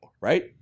right